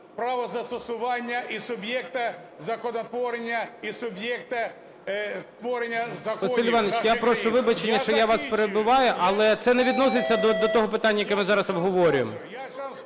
Василь Іванович, я прошу вибачення, що я вас перебиваю, але це не відноситься до того питання, яке ми зараз обговорюємо.